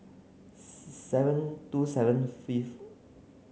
seven two seven